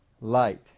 light